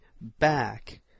back